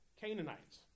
Canaanites